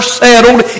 settled